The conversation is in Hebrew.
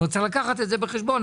יש לקחת זאת בחשבון.